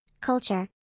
culture